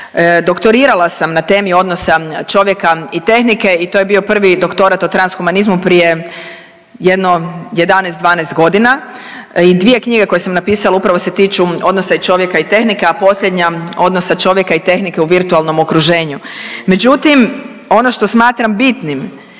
Doktorirala sam na temi odnosa čovjeka i tehnike i to je bio prvi doktorat o trans humanizmu prije jedno 11, 12 godina. I 2 knjige koje sam napisala upravo se tiču odnosa čovjeka i tehnike, a posljednja odnosa čovjeka i tehnike u virtualnom okruženju. Međutim, ono što smatram bitnim